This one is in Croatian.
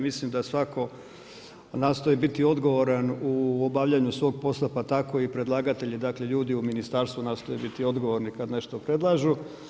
Mislim da svatko nastoji biti odgovoran u obavljanju svog posla pa tako i predlagatelji, dakle ljudi u ministarstvu nastoje biti odgovorni kad nešto predlažu.